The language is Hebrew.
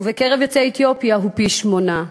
ובקרב יוצאי אתיופיה היא פי-שמונה.